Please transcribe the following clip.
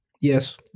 Yes